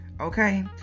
Okay